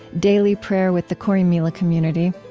daily prayer with the corrymeela community,